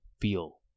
feel